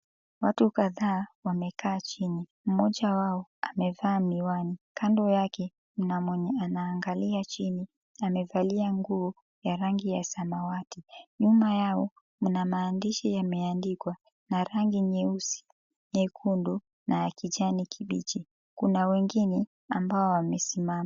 Watu kadhaa wamekaa chini, mmoja wao amevaa miwani kando yake kuna mwenye anaangalia chini amevalia nguo ya rangi ya samawati nyuma yao mna maandishi yameandikwa na rangi nyeusi, nyekundu na kijani kibichi kuna wengine ambao wamesimama.